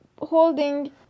holding